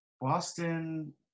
Boston